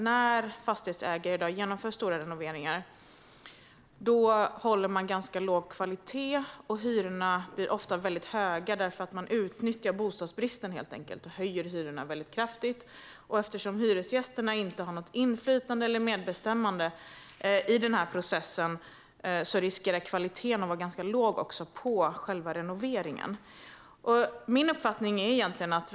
När fastighetsägare genomför stora renoveringar blir hyrorna ofta höga eftersom de utnyttjar bostadsbristen och höjer hyrorna kraftigt. Eftersom hyresgästerna inte har något inflytande eller medbestämmande i denna process riskerar dessutom kvaliteten på renoveringen att bli ganska låg.